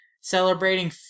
celebrating